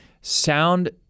sound